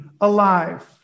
alive